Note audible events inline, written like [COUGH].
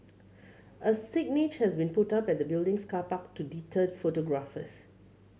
[NOISE] a signage has been put up at the building's car park to deter photographers